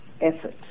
effort